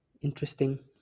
interesting